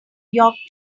york